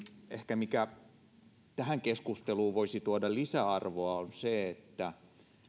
ehkä se mikä tähän keskusteluun tästä innovaatiopuolesta voisi tuoda lisäarvoa on se että